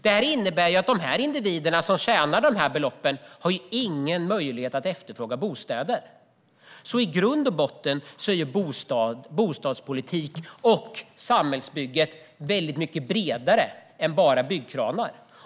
Detta innebär att de personer som tjänar sådana belopp inte har någon möjlighet att efterfråga bostad. I grund och botten är bostadspolitik och samhällsbygge mycket bredare än bara byggkranar.